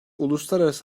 uluslararası